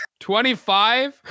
25